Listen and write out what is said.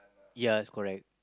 ya it's correct